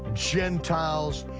gentiles,